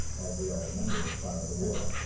as we all remember, inspired the world.